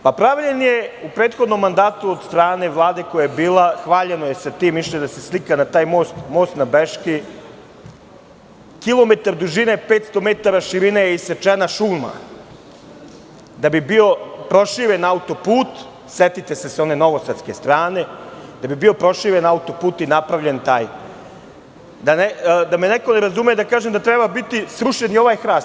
Znači, pravljen je u prethodnom mandatu od strane Vlade, koja je bila hvaljena sa tim, išla da se slika na taj most, most na Beški, kilometar dužine i 500 metara širine je isečena šuma, da bi bio proširen auto-put, setite se sa one Novosadske strane, kada je bio proširen auto-put i napravljen taj, da me neko ne razume, da treba biti srušen i ovaj hrast.